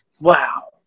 wow